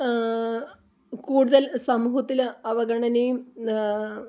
കൂടുതൽ സമൂഹത്തിൽ അവഗണനയും